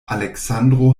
aleksandro